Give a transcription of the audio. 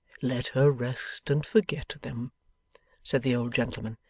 let her rest, and forget them said the old gentleman.